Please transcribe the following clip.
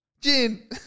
Gene